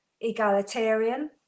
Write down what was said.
egalitarian